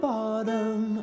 Bottom